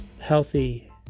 healthy